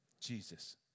Jesus